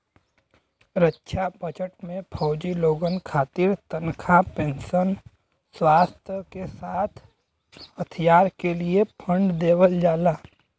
रक्षा budget में फौजी लोगन खातिर तनखा पेंशन, स्वास्थ के साथ साथ हथियार क लिए फण्ड देवल जाला